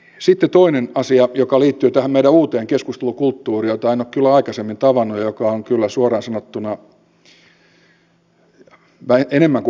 sitten toinen asia joka liittyy tähän meidän uuteen keskustelukulttuuriimme jota en ole kyllä aikaisemmin tavannut ja joka on kyllä suoraan sanottuna enemmän kuin harmillista